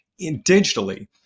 digitally